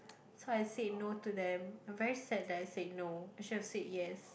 so I said no to them I'm very sad that I said no I should have said yes